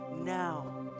now